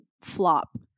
flop